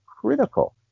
critical